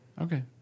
Okay